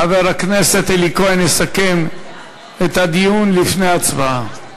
חבר הכנסת אלי כהן יסכם את הדיון לפני ההצבעה.